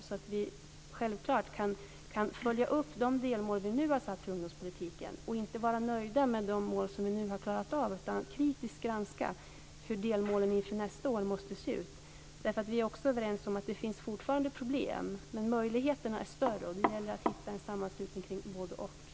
Vi kan självklart följa upp de delmål vi nu har satt för ungdomspolitiken och inte vara nöjda med de mål vi nu har klarat av. Vi ska kritiskt granska hur delmålen inför nästa år måste se ut. Vi är också överens om att det fortfarande finns problem, men möjligheterna är större. Det gäller att hitta en sammanslutning kring både-och.